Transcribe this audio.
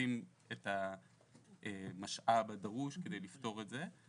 ומקצים את המשאב הדרוש כדי לפתור את זה.